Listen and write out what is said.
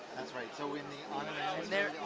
that's right so in the honor